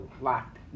locked